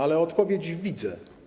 Ale odpowiedź widzę.